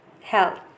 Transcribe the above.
health